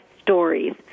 stories